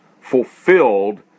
fulfilled